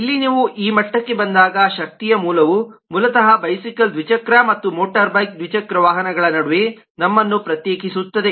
ಇಲ್ಲಿ ನೀವು ಈ ಮಟ್ಟಕ್ಕೆ ಬಂದಾಗ ಶಕ್ತಿಯ ಮೂಲವು ಮೂಲತಃ ಬೈಸಿಕಲ್ ದ್ವಿಚಕ್ರ ಮತ್ತು ಮೋಟಾರುಬೈಕ್ ದ್ವಿಚಕ್ರ ವಾಹನಗಳ ನಡುವೆ ನಮ್ಮನ್ನು ಪ್ರತ್ಯೇಕಿಸುತ್ತದೆ